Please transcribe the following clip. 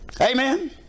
Amen